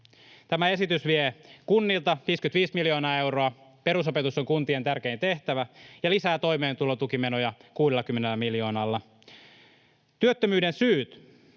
Tämä esitys vie kunnilta 55 miljoonaa euroa — perusopetus on kuntien tärkein tehtävä — ja lisää toimeentulotukimenoja 60 miljoonalla. Työttömyyden syyt